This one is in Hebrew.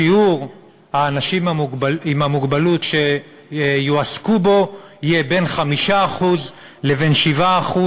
שיעור האנשים עם המוגבלות שיועסקו בו יהיה בין 5% ל-7%,